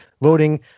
voting